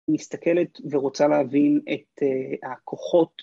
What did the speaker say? מסתכלת ורוצה להבין את הכוחות